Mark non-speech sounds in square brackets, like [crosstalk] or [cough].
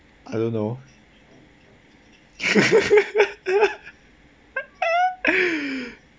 I don't know [laughs]